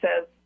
says